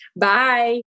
Bye